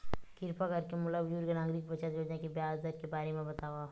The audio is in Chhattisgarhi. किरपा करके मोला बुजुर्ग नागरिक बचत योजना के ब्याज दर के बारे मा बतावव